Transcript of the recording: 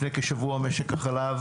לפני כשבוע משק החלב